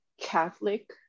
Catholic